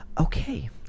Okay